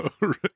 Right